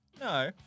No